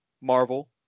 marvel